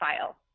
file